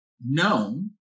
known